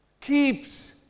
keeps